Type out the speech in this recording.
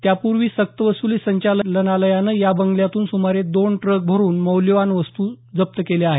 त्यापूर्वी सक्तवसुली संचालनालयानं या बंगल्यातून सुमारे दोन ट्रक भरून मौल्यवान वस्तू जप्त केल्या आहेत